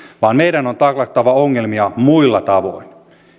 vaan meidän on taklattava ongelmia muilla tavoin